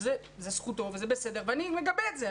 זה זכותו וזה בסדר ואני מגבה את זה.